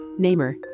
Neymar